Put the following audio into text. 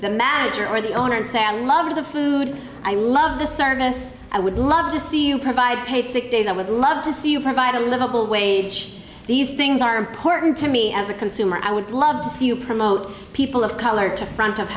the magic or the owner and say i love the food i love the service i would love to see you provide paid sick days i would love to see you provide a livable wage these things are important to me as a consumer i would love to see you promote people of color to front of